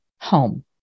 home